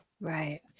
right